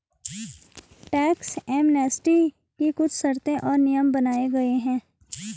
tax amnesty की कुछ शर्तें और नियम बनाये गये हैं